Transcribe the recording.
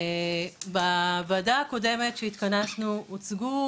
בדיון הוועדה הקודם שבו התכנסנו הוצגו